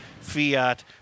Fiat